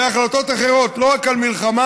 על החלטות אחרות, לא רק על מלחמה.